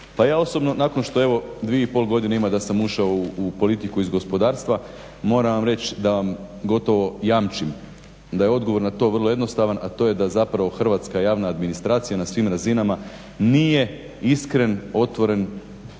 Pa ja osobno nakon što evo dvije i pol godine ima da sam ušao u politiku iz gospodarstva moram vam reći da vam gotovo jamčim da je odgovor na to vrlo jednostavan, a to je da zapravo hrvatska javna administracija na svim razinama nije iskren, otvoren